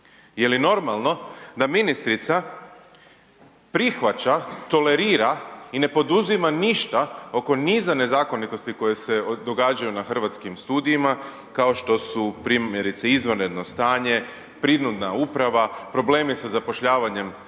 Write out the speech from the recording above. Je li normalno da ministrica prihvaća, tolerira i ne poduzima ništa oko niza nezakonitosti koje se događaju na Hrvatskim studijima kao što su primjerice izvanredno stanje, prinudna uprava, problemi sa zapošljavanjem na